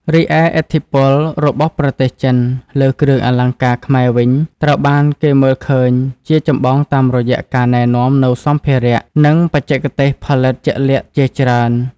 រីឯឥទ្ធិពលរបស់ប្រទេសចិនលើគ្រឿងអលង្ការខ្មែរវិញត្រូវបានគេមើលឃើញជាចម្បងតាមរយៈការណែនាំនូវសម្ភារៈ និងបច្ចេកទេសផលិតជាក់លាក់ជាច្រើន។